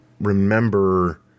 remember